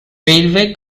railway